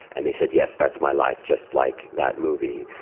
and they said, yes, that's my life, just like that movie.